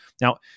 now